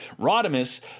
Rodimus